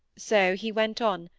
so he went on,